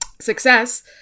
success